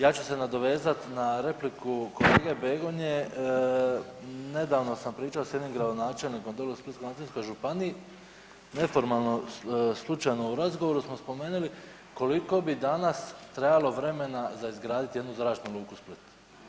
Ja ću se nadovezat na repliku kolege BEgonje, nedavno sam pričao s jednim gradonačelnikom doli u Splitsko-dalmatinskoj županiji, neformalno slučajno u razgovoru smo spomenuli koliko bi danas trebalo vremena za izgraditi jednu zračnu luku u Splitu.